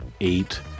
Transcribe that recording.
eight